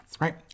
right